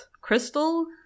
Crystal